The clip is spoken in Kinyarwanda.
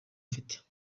mfite